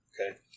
okay